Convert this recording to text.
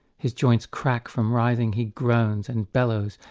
his joins crack from writhing he groans and bellows,